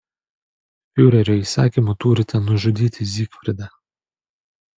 fiurerio įsakymu turite nužudyti zygfridą